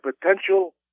potential